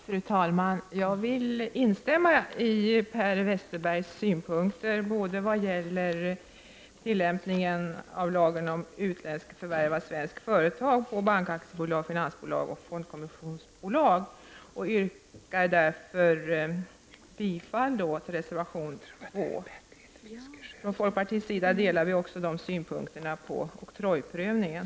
Fru talman! Jag vill instämma i Per Westerbergs synpunkter både vad gäller tillämpningen av lagen om utländskt förvärv av svenskt företag i bankaktiebolag, finansbolag och fondkommissionsbolag. Jag yrkar därför bifall till reservation 2. Folkpartiet delar också synpunkterna på oktrojprövningen.